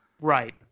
right